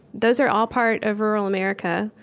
those are all part of rural america.